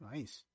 Nice